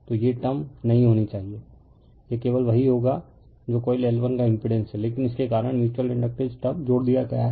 तो ये टर्म नहीं होनी चाहिए यह केवल वही होगा जो कॉइल L1 का इम्पिड़ेंस हैं लेकिन इसके कारण म्यूच्यूअल इंडकटेंस टर्म जोड़ दिया गया है